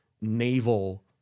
naval